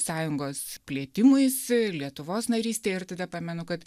sąjungos plėtimuisi ir lietuvos narystei ir tada pamenu kad